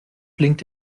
blinkt